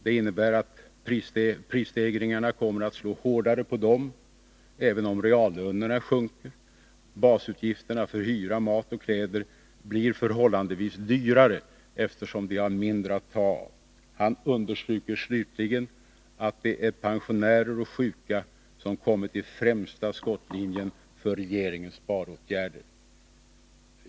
Det innebär att prisstegringarna kommer att slå hårdare på dem, även om reallönerna sjunker. Basutgifterna för hyra, mat och kläder blir förhållandevis högre eftersom de har mindre att ta av. Lars-Åke Åström understryker slutligen att det är pensionärer och sjuka som kommit i främsta skottlinjen för regeringens sparåtgärder.